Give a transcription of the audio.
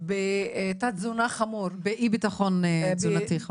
בתת-תזונה חמור, באי-ביטחון תזונתי חמור.